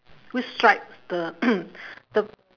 which stripe the the